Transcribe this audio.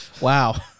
Wow